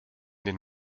den